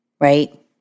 right